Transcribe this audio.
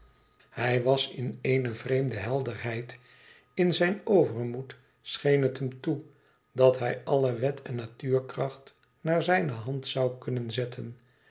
hij was in eene vreemde helderheid in zijn overmoed scheen het hem toe dat hij alle wet en natuurkracht naar zijne hand zoû kunnen zetten